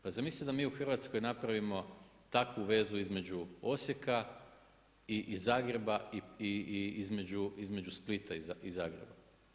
Pa zamislite da mi u Hrvatskoj napravimo takvu vezu između Osijeka i Zagreba i između Splita i Zagreba.